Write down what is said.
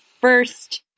first